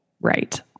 right